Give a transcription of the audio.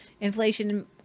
Inflation